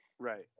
Right